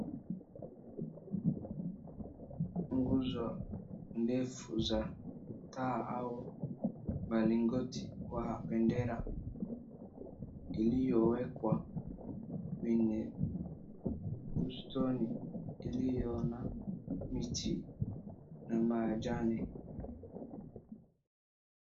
Nguzo ndefu za taa au malingoti wa bendera iliyowekwa kwenye bustoni iliyo na miti na majani